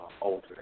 older